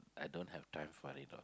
I don't have time for it